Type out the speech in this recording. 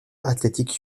athletic